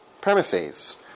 premises